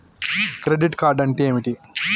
Credit card అంటే ఏమిటి?